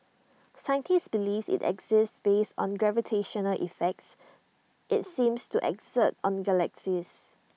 scientists believes IT exists based on gravitational effects IT seems to exert on galaxies